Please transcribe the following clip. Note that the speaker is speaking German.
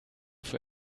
für